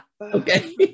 Okay